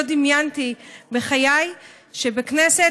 לא דמיינתי בחיי שבכנסת,